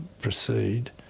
proceed